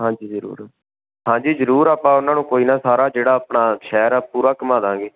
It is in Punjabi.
ਹਾਂਜੀ ਜ਼ਰੂਰ ਹਾਂਜੀ ਜ਼ਰੂਰ ਆਪਾਂ ਉਹਨਾਂ ਨੂੰ ਕੋਈ ਨਾ ਸਾਰਾ ਜਿਹੜਾ ਆਪਣਾ ਸ਼ਹਿਰ ਆ ਪੂਰਾ ਘੁਮਾ ਦਵਾਂਗੇ